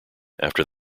after